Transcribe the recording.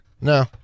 No